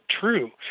true